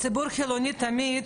הציבור החילוני תמיד